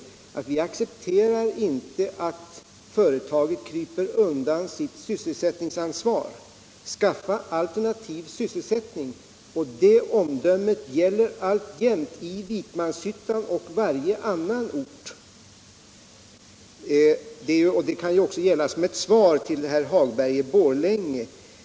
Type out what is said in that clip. —- och sade att vi accepterar inte att företaget kryper undan sitt sysselsättningsansvar. Skaffa alternativ sysselsättning! Det omdömet gäller alltjämt, i Vikmanshyttan och på varje annan ort. Det kan också gälla som ett svar till herr Hagberg i Borlänge.